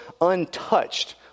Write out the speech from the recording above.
untouched